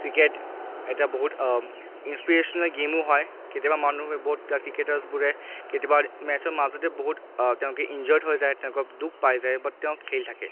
cricket এটা বহুত inspirational গেইমো হয় কেতিয়াবা মানুহে বহুত তাত ক্ৰিকেটাৰছবোৰে কেতিয়াবা মেট্চৰ মাজতে বহুত তেওঁলোকে ইনজিউৰ্ড হৈ যায় তেওঁলোকৰ দুখ পাই যায় বাট তেওঁ খেলি থাকে